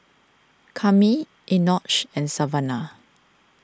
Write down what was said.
Kami Enoch and Savanna